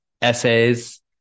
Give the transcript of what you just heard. essays